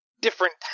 different